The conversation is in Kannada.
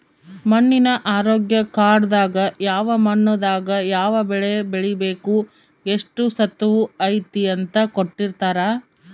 ಮಣ್ಣಿನ ಆರೋಗ್ಯ ಕಾರ್ಡ್ ದಾಗ ಯಾವ ಮಣ್ಣು ದಾಗ ಯಾವ ಬೆಳೆ ಬೆಳಿಬೆಕು ಎಷ್ಟು ಸತುವ್ ಐತಿ ಅಂತ ಕೋಟ್ಟಿರ್ತಾರಾ